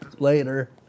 later